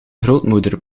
grootmoeder